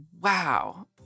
wow